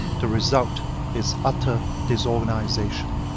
the result is utter disorganization.